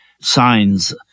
signs